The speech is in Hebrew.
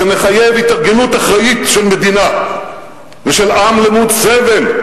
שמחייב התארגנות אחראית של מדינה ושל עם למוד סבל,